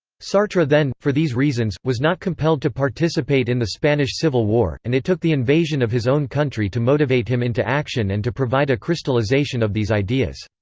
sartre then, for these reasons, was not compelled to participate in the spanish civil war, and it took the invasion of his own country to motivate him into action and to provide a crystallization of these ideas.